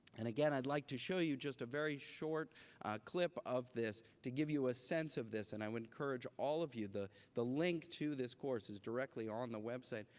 and again, i'd like to show you just a very short clip of this to give you a sense of this. and i would encourage all of you the the link to this course is directly on the website.